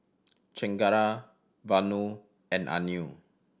Chengara Vanu and Anil